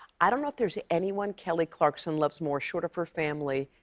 i don't know if there's anyone kelly clarkson loves more, short of her family,